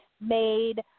made